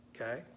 okay